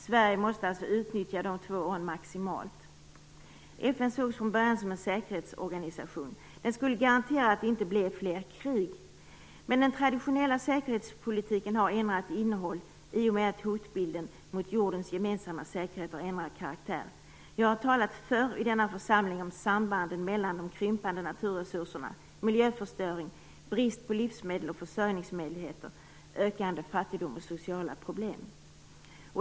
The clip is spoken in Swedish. Sverige måste alltså utnyttja de två åren maximalt. FN sågs från början som en säkerhetsorganisation. Den skulle garantera att det inte blev fler krig. Men den traditionella säkerhetspolitiken har ändrat innehåll i och med att hotbilden mot jordens gemensamma säkerhet har ändrat karaktär. Jag har talat förr i denna församling om sambanden mellan de krympande naturresurserna, miljöförstöring, brist på livsmedel och försörjningsmöjligheter, ökande fattigdom och sociala problem.